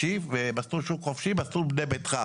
מסלול שוק חופשי ומסלול בנה ביתך.